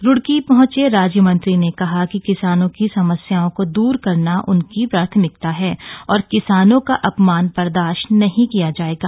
रूड़की पहंचे राज्य मंत्री ने कहा कि किसानो की समस्याओं को दूर करना उनकी प्राथमिकता है और किसानों का अपमान बर्दाश्त नहीं किया जाएगा